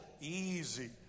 easy